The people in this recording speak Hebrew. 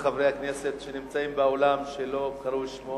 מחברי הכנסת שנמצאים באולם שלא קראו בשמו